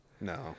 No